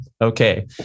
Okay